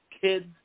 kids